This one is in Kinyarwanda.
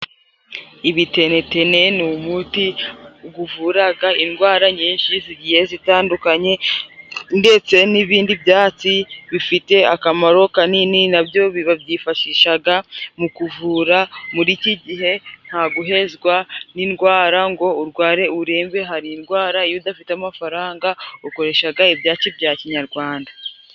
Ibitenetene ni umuti guvuraga indwara nyinshi zigiye zitandukanye, ndetse n'ibindi byatsi bifite akamaro kanini nabyo babyifashishaga mu kuvura. Muri iki gihe nta guhezwa n'indwara ngo urware urembe, hari indwara iyo udafite amafaranga ukoreshaga ibyatsi bya kinyarwanda.